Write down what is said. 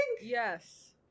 Yes